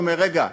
אומר: רגע,